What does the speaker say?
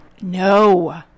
No